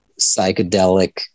psychedelic